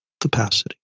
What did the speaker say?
capacity